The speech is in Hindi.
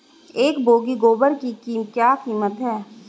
एक बोगी गोबर की क्या कीमत है?